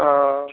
ओ